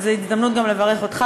וזו הזדמנות גם לברך אותך,